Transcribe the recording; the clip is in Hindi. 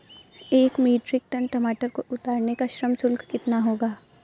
एक मीट्रिक टन टमाटर को उतारने का श्रम शुल्क कितना होगा?